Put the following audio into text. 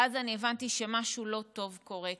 ואז אני הבנתי שמשהו לא טוב קורה כאן,